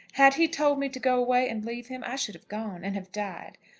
had he told me to go away and leave him, i should have gone and have died.